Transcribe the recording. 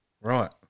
Right